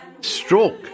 Stroke